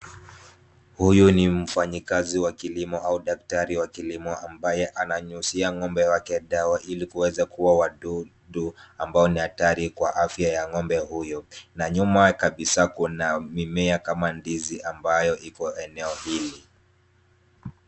Huyu ni mfanyikazi wa kilimo au daktari wa kilimo, ambaye ananyunyizia ng'ombe wake dawa, ili kuweza kuua wadudu ambao ni hatari kwa afya ya ng'ombe huyo na nyuma kabisa kuna mimea kama ndizi ambayo iko eneo hili.